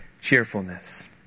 cheerfulness